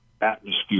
atmosphere